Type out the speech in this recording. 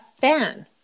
fan